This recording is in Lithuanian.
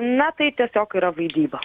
na tai tiesiog yra vaidyba